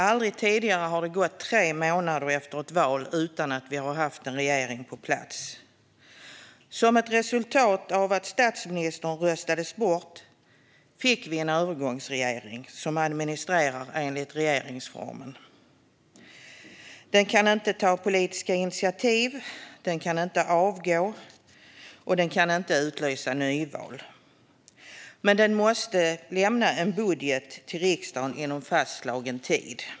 Aldrig tidigare har det gått tre månader efter ett val utan att vi har haft en regering på plats. Som ett resultat av att statsministern röstades bort fick vi en övergångsregering som administrerar i enlighet med regeringsformen. Den kan inte ta politiska initiativ, den kan inte avgå och den kan inte utlysa nyval. Men den måste lämna en budget till riksdagen inom fastslagen tid.